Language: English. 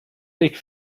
take